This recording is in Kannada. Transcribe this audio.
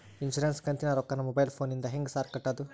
ಇನ್ಶೂರೆನ್ಸ್ ಕಂತಿನ ರೊಕ್ಕನಾ ಮೊಬೈಲ್ ಫೋನಿಂದ ಹೆಂಗ್ ಸಾರ್ ಕಟ್ಟದು?